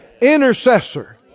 Intercessor